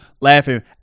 laughing